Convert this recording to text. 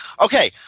Okay